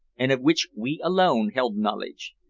and of which we alone held knowledge.